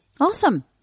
Awesome